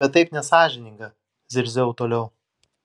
bet taip nesąžininga zirziau toliau